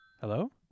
Hello